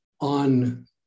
on